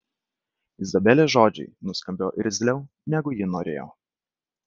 izabelės žodžiai nuskambėjo irzliau negu ji norėjo